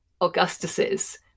Augustus's